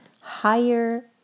higher